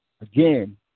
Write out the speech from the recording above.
again